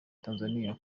tanzaniya